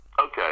Okay